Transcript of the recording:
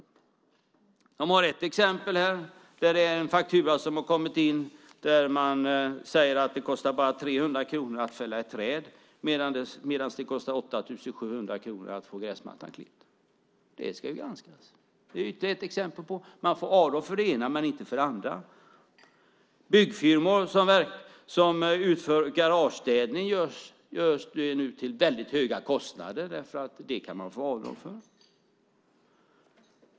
Det finns ett exempel på en faktura som har kommit in, där man säger att det bara kostar 300 kronor att fälla ett träd medan det kostar 8 700 kronor att få gräsmattan klippt. Det ska ju granskas. Det är ytterligare ett exempel på att man får avdrag för det ena men inte för det andra. Byggfirmor som utför garagestädning gör det nu till väldigt höga kostnader, därför att det kan man få avdrag för.